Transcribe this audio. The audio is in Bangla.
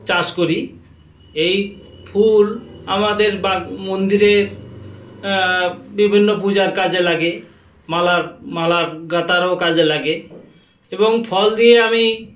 চাষ করি এই ফুল আমাদের বাগ মন্দিরের বিভিন্ন পূজার কাজে লাগে মালার মালার গাঁথারও কাজে লাগে এবং ফল দিয়ে আমি